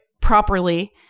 properly